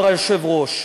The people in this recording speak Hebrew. אמר היושב-ראש.